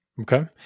Okay